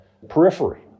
periphery